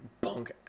Bunk